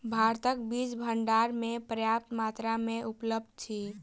भारतक बीज बाजार में पर्याप्त मात्रा में उपलब्ध अछि